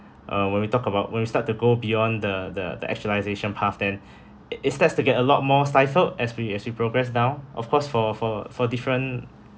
uh when we talk about when we start to go beyond the the the actualisation paths then it it starts to get a lot more stifled as we as we progress down of course for for for different